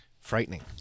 frightening